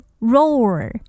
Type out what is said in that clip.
roar